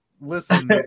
listen